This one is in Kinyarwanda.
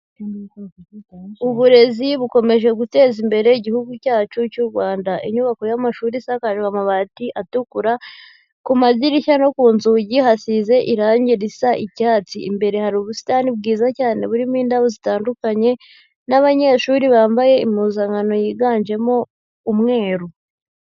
Uburezi bukomeje guteza imbere igihugu cyacu cy'u Rwanda. Inyubako y'amashuri isakaje amabati atukura, ku madirisha no ku nzugi hasize irangi risa icyatsi, imbere hari ubusitani bwiza cyane burimo indabo zitandukanye, n'abanyeshuri bambaye impuzankano yiganjemo umweru.